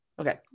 Okay